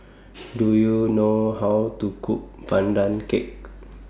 Do YOU know How to Cook Pandan Cake